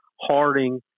Harding